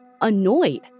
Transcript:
annoyed